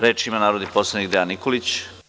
Reč ima narodni poslanik Dejan Nikolić.